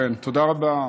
תודה רבה,